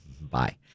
Bye